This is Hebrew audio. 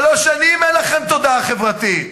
שלוש שנים אין לכם תודעה חברתית.